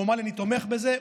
והוא אמר לי: אני תומך בזה,